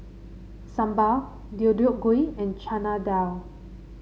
Sambar Deodeok Gui and Chana Dal